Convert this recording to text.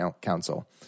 Council